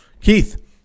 Keith